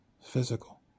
physical